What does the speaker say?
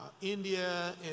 India